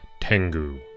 Tengu